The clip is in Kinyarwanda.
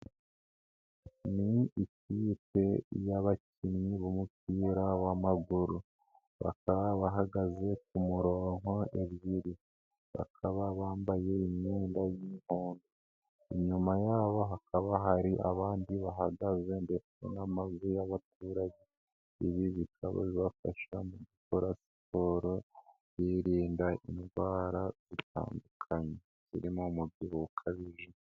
Ni ikipe y'abakinnyi b'umupira w'amaguru, bakaba bahagaze ku mironko ebyiri, bakaba bambaye imyenda y'ihihondo, inyuma yabo hakaba hari abandi bahagaze ndetse n'amazu y'abaturage, ibi bikababafasha mu gukora siporo biririnda indwara zitandukanye zirimo umubyibuho ukabije.